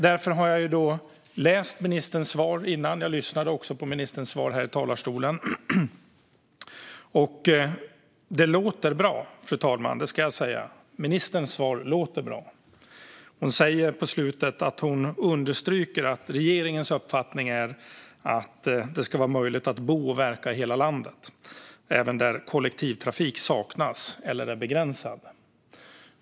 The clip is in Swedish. Jag har läst ministerns svar tidigare och lyssnade också på ministerns svar här i talarstolen, och ministerns svar låter bra, fru talman. Hon understryker på slutet att regeringens uppfattning är att det ska vara möjligt att bo och verka i hela landet, även där kollektivtrafik saknas eller är begränsad.